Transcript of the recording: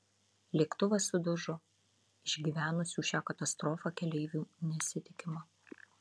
lėktuvas sudužo išgyvenusių šią katastrofą keleivių nesitikima